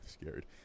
scared